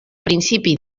principi